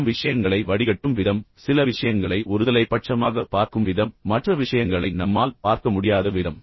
நாம் விஷயங்களை வடிகட்டும் விதம் சில விஷயங்களை ஒருதலைப்பட்சமாக பார்க்கும் விதம் மற்ற விஷயங்களை நம்மால் பார்க்க முடியாத விதம்